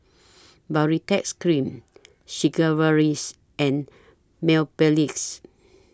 Baritex Cream Sigvaris and Mepilex